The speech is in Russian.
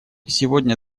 сегодня